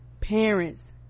parents